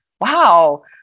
wow